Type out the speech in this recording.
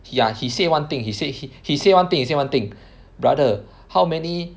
ya he said one thing he say he he say one thing he say one thing brother how many